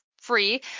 free